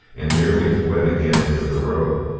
and nearly fled again into the road.